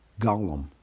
Gollum